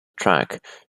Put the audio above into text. track